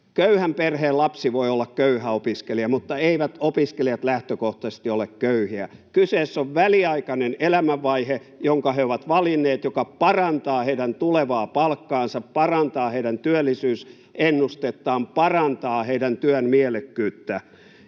köyhän perheen lapsi voi olla köyhä opiskelija, mutta eivät opiskelijat lähtökohtaisesti ole köyhiä. Kyseessä on väliaikainen elämänvaihe, jonka he ovat valinneet, joka parantaa heidän tulevaa palkkaansa, parantaa heidän työllisyysennustettaan, parantaa heidän työnsä mielekkyyttä.